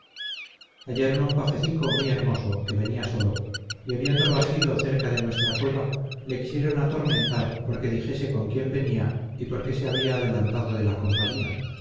hallaron un pajecico muy hermoso que venía solo y habiéndolo asido cerca de nuestra cueva le quisieron atormentar porque dijese con quién venía y por qué se había adelantado de la compañía